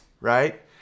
right